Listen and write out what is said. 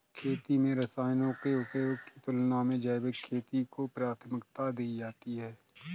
खेती में रसायनों के उपयोग की तुलना में जैविक खेती को प्राथमिकता दी जाती है